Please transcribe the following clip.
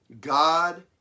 God